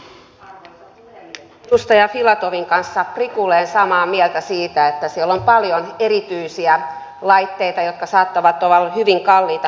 olen edustaja filatovin kanssa prikulleen samaa mieltä siitä että siellä on paljon erityisiä laitteita jotka saattavat olla hyvin kalliita